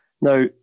Now